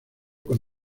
con